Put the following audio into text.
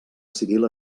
civil